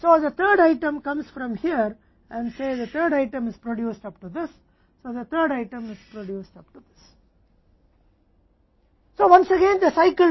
तो तीसरा आइटम यहां से आता है और कहते हैं कि 3rd आइटम का उत्पादन इस तक किया जाता है इसलिए 3rd आइटम का उत्पादन किया जाता है